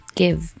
give